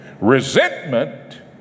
Resentment